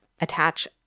attach